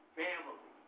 family